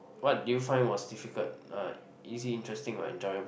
what did you find was difficult uh easy interesting or enjoyable